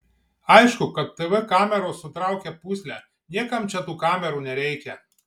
aišku kad tv kameros sutraukia pūslę niekam čia tų kamerų nereikia